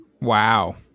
Wow